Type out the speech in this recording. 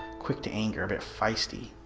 quick to anger a bit feisty,